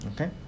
okay